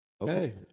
Okay